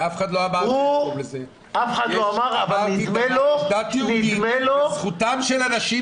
אבל יש לנו דת יהודית וזכותם של אנשים